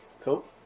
Cool